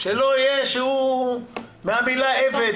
שלא יהיה שהוא מהמילה עבד.